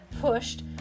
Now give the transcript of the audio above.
pushed